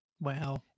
Wow